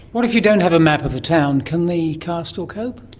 what if you don't have a map of a town, can the car still cope?